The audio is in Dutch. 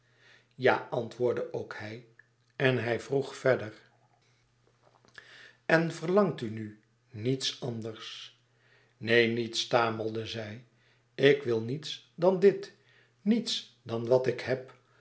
ja antwoordde ook hij en hij vroeg verder en verlangt u nu niets anders neen niets stamelde zij ik wil niets dan dit niets dan wat ik heb